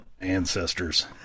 ancestors